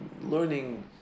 learning